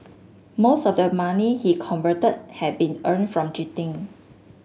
most of the money he converted had been earn from cheating